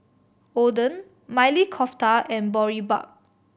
Oden Maili Kofta and Boribap